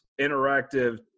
interactive